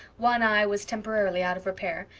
one eye was temporarily out of repair,